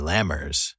Lammers